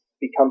become